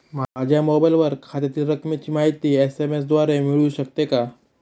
माझ्या मोबाईलवर खात्यातील रकमेची माहिती एस.एम.एस द्वारे मिळू शकते का?